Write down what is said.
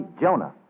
Jonah